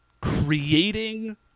creating